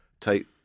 take